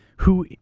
who,